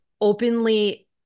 openly